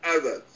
others